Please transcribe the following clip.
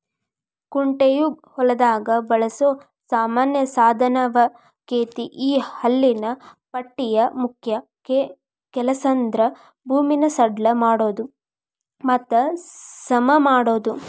ಕುಂಟೆಯು ಹೊಲದಾಗ ಬಳಸೋ ಸಾಮಾನ್ಯ ಸಾದನವಗೇತಿ ಈ ಹಲ್ಲಿನ ಪಟ್ಟಿಯ ಮುಖ್ಯ ಕೆಲಸಂದ್ರ ಭೂಮಿನ ಸಡ್ಲ ಮಾಡೋದು ಮತ್ತ ಸಮಮಾಡೋದು